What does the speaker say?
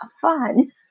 fun